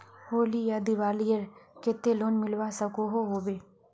होली या दिवालीर केते लोन मिलवा सकोहो होबे?